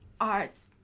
arts